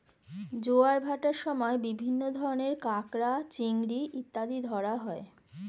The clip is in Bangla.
জোয়ার ভাটার সময় বিভিন্ন ধরনের কাঁকড়া, চিংড়ি ইত্যাদি ধরা হয়